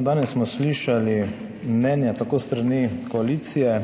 Danes smo slišali mnenja tako s strani koalicije